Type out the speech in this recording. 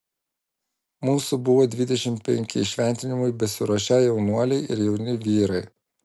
mūsų buvo dvidešimt penki įšventinimui besiruošią jaunuoliai ir jauni vyrai